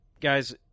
Guys